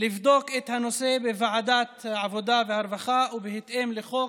לבדוק את הנושא בוועדת העבודה והרווחה ובהתאם לחוק